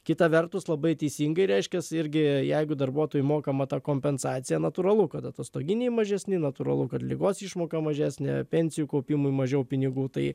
kita vertus labai teisingai reiškias irgi jeigu darbuotojui mokama ta kompensacija natūralu kad atostoginiai mažesni natūralu kad ligos išmoka mažesnė pensijų kaupimui mažiau pinigų tai